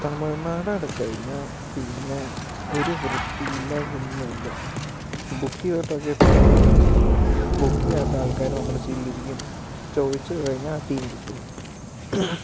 തമിഴ്നാടങ്ങട്ട് കഴിഞ്ഞാൽ പിന്നെ ഒരു വൃത്തിയും ഇല്ല ഒന്നും ഇല്ല ബുക്ക് ചെയ്തിട്ടൊക്കെ പോയാലും ബുക്ക് ചെയ്യാത്ത ആൾക്കാര് നമ്മുടെ സീറ്റിലിരിയ്ക്കും ചോദിച്ച് കഴിഞ്ഞാൽ അടിയുംകിട്ടും